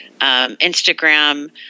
Instagram